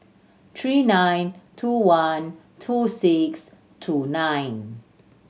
three nine two one two six two nine